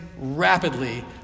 rapidly